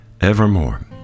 evermore